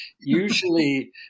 usually